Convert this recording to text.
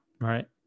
right